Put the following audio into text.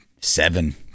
Seven